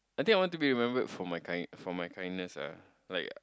I think I want to be remember for my kind for my kindness ah like